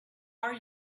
are